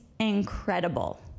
incredible